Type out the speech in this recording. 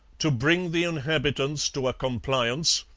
to bring the inhabitants to a compliance,